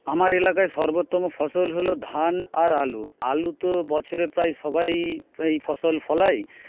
আমার এলাকায় সর্বত্তম ফসল হল ধান আর আলু আলু তো বছরে প্রায় সবাই এই ফসল ফলাই